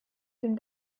dem